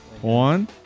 One